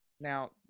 Now